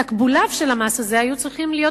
תקבוליו של המס הזה היו צריכים להיות